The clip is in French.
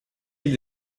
îles